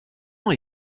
ans